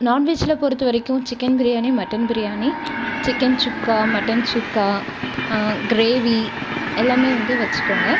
நான்வெஜ்ஜில் பொறுத்தவரைக்கும் chicken biryani mutton biryani chicken sukka mutton sukka gravy எல்லாமே வந்து வைச்சுக்கோங்க